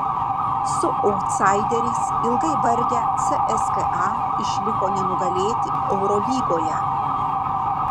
su autsaideriais ilgai vargę cska išliko nenugalėti eurolygoje